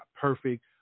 perfect